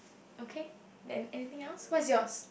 okay then anything else what's yours